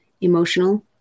Emotional